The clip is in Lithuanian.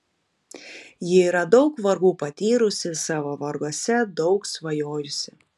ji yra daug vargų patyrusi ir savo varguose daug svajojusi